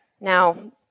Now